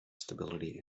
stability